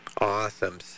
Awesome